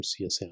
CSM